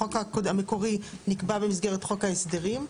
החוק המקורי נקבע במסגרת חוק ההסדרים,